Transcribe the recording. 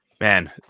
man